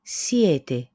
siete